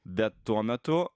bet tuo metu